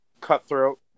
cutthroat